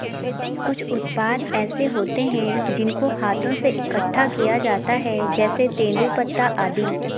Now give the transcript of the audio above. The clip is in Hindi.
कुछ उत्पाद ऐसे होते हैं जिनको हाथों से इकट्ठा किया जाता है जैसे तेंदूपत्ता आदि